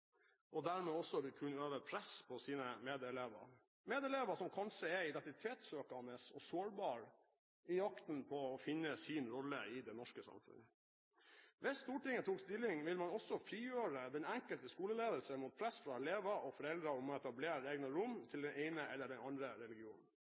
Dermed vil de også kunne øve press på sine medelever, medelever som kanskje er identitetssøkende og sårbare i jakten på å finne sin rolle i det norske samfunnet. Hvis Stortinget tok stilling, ville man også frigjøre den enkelte skoleledelse mot press fra elever og foreldre om å etablere egne rom